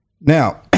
Now